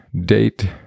date